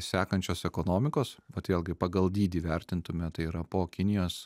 sekančios ekonomikos vat vėlgi pagal dydį vertintume tai yra po kinijos